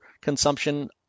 consumption